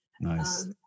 Nice